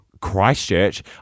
Christchurch